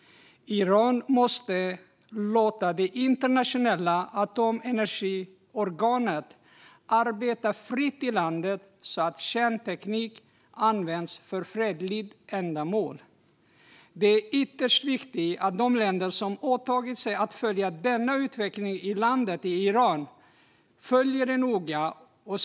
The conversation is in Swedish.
Iran måste låta det internationella atomenergiorganet arbeta fritt i landet så att kärnteknik används för fredliga ändamål. Det är ytterst viktigt att de länder som åtagit sig att följa denna utveckling i Iran följer utvecklingen noga.